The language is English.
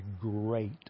great